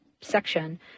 section